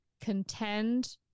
contend